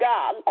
God